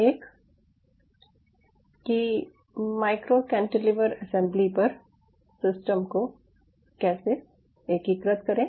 एक कि micro cantilever assembly पर सिस्टम को कैसे एकीकृत करें